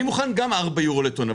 אני מוכן גם 4 יורו לטון,